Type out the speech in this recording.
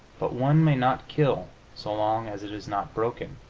but one may not kill so long as it is not broken,